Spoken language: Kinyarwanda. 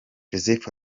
joseph